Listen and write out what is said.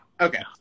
Okay